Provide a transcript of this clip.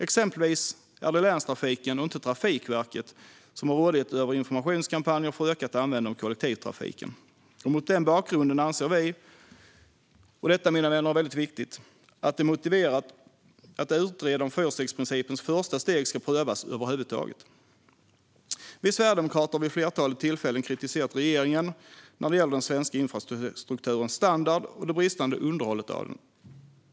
Exempelvis är det länstrafiken och inte Trafikverket som har rådighet över informationskampanjer för ökat användande av kollektivtrafiken. Mot den bakgrunden anser vi - och detta, mina vänner, är väldigt viktigt - att det är motiverat att utreda om fyrstegsprincipens första steg ska prövas över huvud taget. Vi sverigedemokrater har vid ett flertal tillfällen kritiserat regeringen när det gäller den svenska infrastrukturens standard och det bristande underhållet av den.